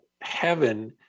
heaven